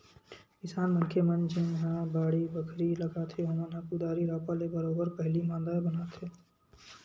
किसान मनखे मन जेनहा बाड़ी बखरी लगाथे ओमन ह कुदारी रापा ले बरोबर पहिली मांदा बनाथे